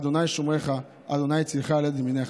ה' שמרך, ה' צלך על יד ימינך.